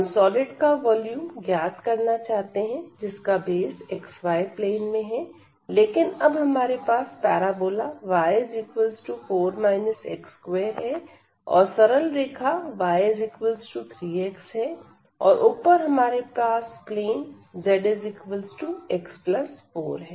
हम सॉलिड का वॉल्यूम ज्ञात करना चाहते हैं जिसका बेस xy प्लेन में है लेकिन अब हमारे पास पैराबोला y 4 x2 है सरल रेखा y 3x है और ऊपर हमारे पास प्लेन z x4 है